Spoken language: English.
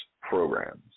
programs